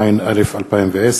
בעד, 11, אין מתנגדים ואין נמנעים.